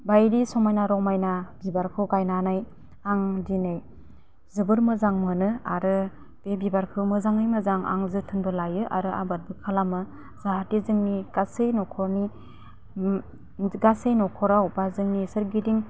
बायदि समायना रमायना बिबारखौ गायनानै आं दिनै जोबोर मोजां मोनो आरो बे बिबारखौ मोजाङै मोजां आं जोथोनबो लायो आरो आबादबो खालामो जाहाथे जोंनि गासै नख'रनि गासै नख'राव बा जोंनि सोरगिदिं